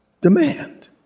demand